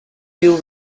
you